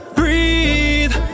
breathe